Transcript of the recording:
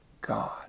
God